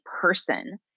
person